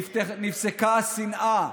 נפסקה השנאה,